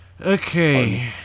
Okay